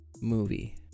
movie